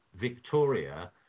Victoria